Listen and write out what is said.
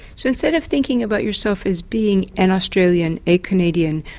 so instead of thinking about yourself as being an australian, a canadian,